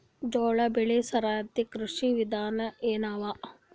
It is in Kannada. ಜೋಳ ಬೆಳಿ ಸರದಿ ಕೃಷಿ ವಿಧಾನ ಎನವ?